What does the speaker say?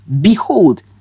behold